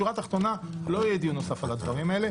שורה תחתונה לא יהיה דיון נוסף על הדברים האלה.